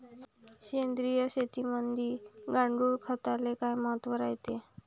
सेंद्रिय शेतीमंदी गांडूळखताले काय महत्त्व रायते?